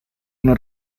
una